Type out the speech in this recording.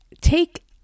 Take